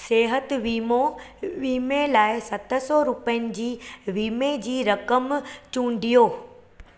सिहत वीमो वीमे लाइ सत सौ रुपियनि जी वीमे जी रक़म चूंडियो